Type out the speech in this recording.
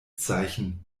zeichen